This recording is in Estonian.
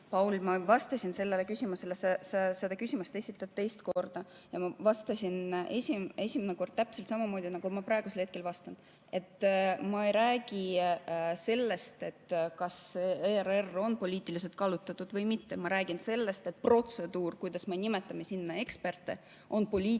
Paul, ma vastasin sellele küsimusele. Sa esitad seda küsimust teist korda. Ma vastasin esimene kord täpselt samamoodi, nagu ma praegu vastan. Ma ei räägi sellest, kas ERR on poliitiliselt kallutatud või mitte. Ma räägin sellest, et protseduur, kuidas me nimetame sinna eksperte, on poliitiliselt